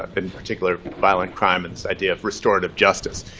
and in particular, violent crime, and this idea of restorative justice.